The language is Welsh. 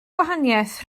gwahaniaeth